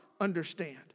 understand